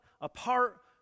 apart